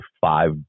five